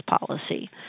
policy